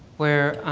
where